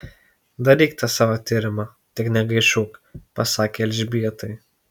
daryk tą savo tyrimą tik negaišuok pasakė elžbietai